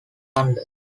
london